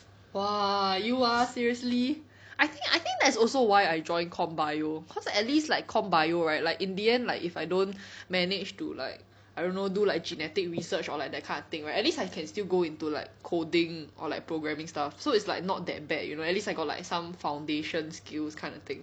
!wah! you ah seriously I think I think that's also why I joined comp bio cause at least like comp bio right like in the end like if I don't manage to like I don't know do like genetic research or like that kind of thing right at least I can still go into like coding or like programming stuff so it's like not that bad you know at least I got like some foundation skills kind of thing